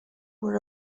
were